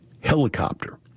helicopter